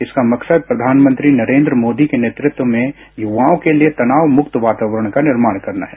इसका मकसद प्रधानमंत्री नरेन्द्र मोदी के नेतृत्व में युवाओं के लिए तनावमुक्त वातावरण का निर्माण करना है